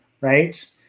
right